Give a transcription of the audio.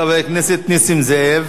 חבר הכנסת נסים זאב.